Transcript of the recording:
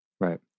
Right